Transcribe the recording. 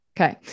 Okay